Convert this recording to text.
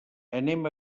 anem